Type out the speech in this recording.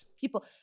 people